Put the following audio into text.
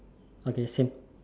okay same